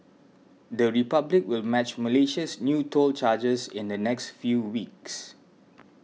the Republic will match Malaysia's new toll charges in the next few weeks